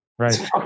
Right